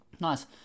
Nice